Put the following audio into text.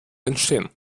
entstehen